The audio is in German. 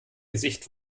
gesicht